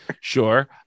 Sure